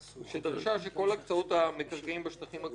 שדרשה שכל הקצאות המקרקעין בשטחים הכבושים,